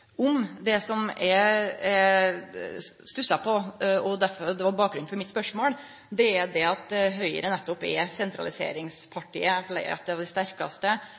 om. Bakgrunnen for spørsmålet mitt er at Høgre nettopp er sentraliseringspartiet – eit av dei sterkaste